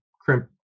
crimp